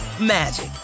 magic